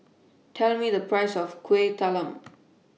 Tell Me The Price of Kueh Talam